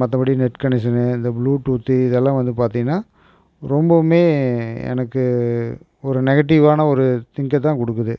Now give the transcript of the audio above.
மற்றபடி net connection இந்த bluetooth இதெல்லாம் வந்து பார்த்தீங்கனா ரொம்பவுமே எனக்கு ஒரு நெகட்டிவ்வான ஒரு திங்கைதான் கொடுக்குது